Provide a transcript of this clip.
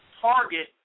target